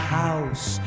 house